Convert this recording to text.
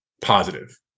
positive